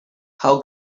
how